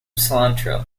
cilantro